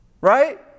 Right